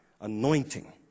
anointing